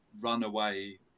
runaway